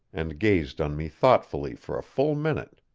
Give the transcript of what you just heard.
and gazed on me thoughtfully for a full minute.